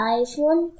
iPhone